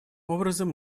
образом